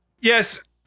Yes